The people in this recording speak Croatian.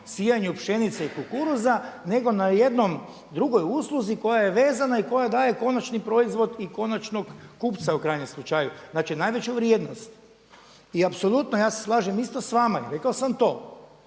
sijanju pšenice i kukuruza nego na jednoj drugoj usluzi koja je vezana i koja daje konačni proizvod i konačnog kupca u krajnjem slučaju, znači najveću vrijednost. I apsolutno ja se slažem isto s vama i rekao sam to,